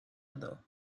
other